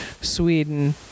sweden